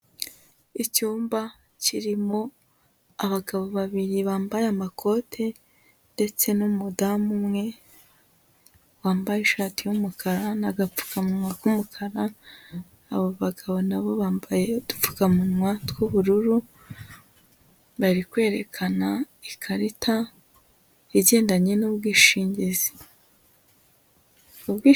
Icyumba kirimo abagabo babiri bambaye amakote ndetse n'umudamu umwe wambaye ishati y'umukara n'agapfukamu k'umukara, abo bagabo nabo bambaye udupfukamunwa tw'ubururu, bari kwerekana ikarita igendanye n'ubwishingizi.